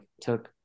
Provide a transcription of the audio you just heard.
took